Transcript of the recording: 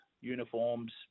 uniforms